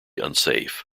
unsafe